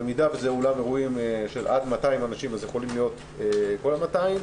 במידה וזה אולם אירועים של עד 200 אנשים יכולים להיות כל ה-200,